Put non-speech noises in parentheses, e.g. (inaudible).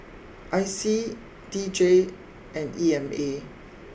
(noise) I C D J and E M A